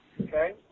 Okay